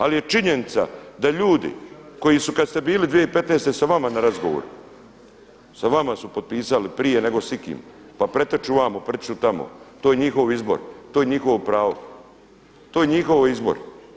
Ali je činjenica da ljudi koji su kada ste bili 2015. sa vama na razgovoru, sa vama su potpisali prije nego s ikim, pa pretrču vamo, pretrču tamo to je njihov izbor, to je njihovo pravo, to je njihov izbor.